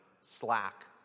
slack